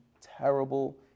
terrible